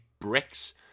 bricks